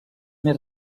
més